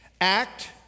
Act